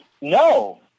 no